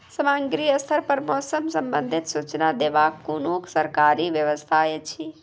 ग्रामीण स्तर पर मौसम संबंधित सूचना देवाक कुनू सरकारी व्यवस्था ऐछि?